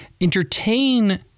entertain